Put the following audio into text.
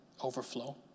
overflow